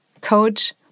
coach